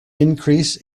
increase